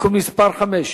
(תיקון מס' 5),